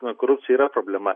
na korupcija yra problema